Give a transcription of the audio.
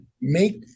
make